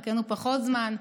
עם חלקנו פחות זמן,